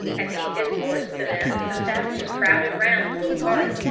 as he discoursed to them the savages crowded round the little party,